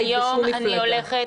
והיום אני הולכת לדרך חדשה.